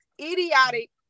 idiotic